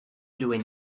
doing